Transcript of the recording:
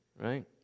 right